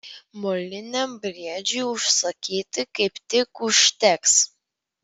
moliniam briedžiui užsakyti kaip tik užteks